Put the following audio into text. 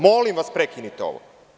Molim vas prekinite ovo.